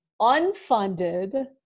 unfunded